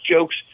jokes